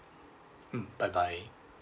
mm bye bye